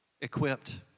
equipped